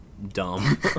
dumb